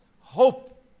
hope